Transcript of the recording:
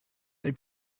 they